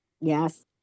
Yes